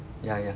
ya ya